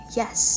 yes